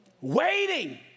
waiting